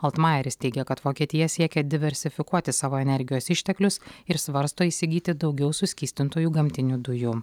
altmajeris teigia kad vokietija siekia diversifikuoti savo energijos išteklius ir svarsto įsigyti daugiau suskystintųjų gamtinių dujų